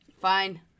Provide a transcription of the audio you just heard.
fine